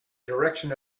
direction